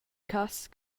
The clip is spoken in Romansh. cass